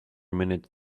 minute